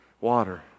water